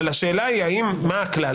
מה הכלל?